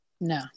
No